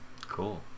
Cool